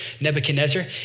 Nebuchadnezzar